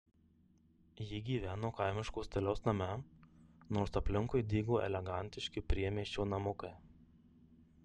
ji gyveno kaimiško stiliaus name nors aplinkui dygo elegantiški priemiesčio namukai